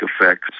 effects